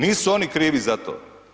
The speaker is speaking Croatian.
Nisu oni krivi za to.